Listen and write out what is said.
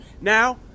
Now